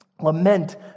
Lament